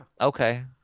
Okay